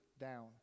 down